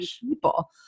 people